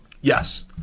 Yes